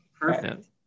perfect